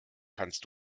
kannst